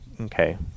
Okay